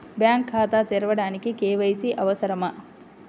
Bank ఖాతా తెరవడానికి KYC అవసరమా?